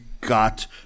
got